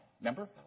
Remember